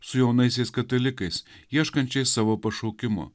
su jaunaisiais katalikais ieškančiais savo pašaukimo